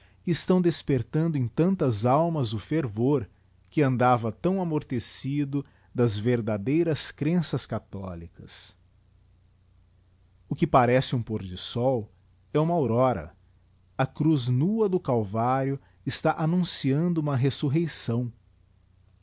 estão despertando em tantas almas o fervor que andava tão amortecido das verdadeiras crenças catholicas o que parece um pôr de sol é uma aurora i á cruz núado calvário está annunciando uma resurreição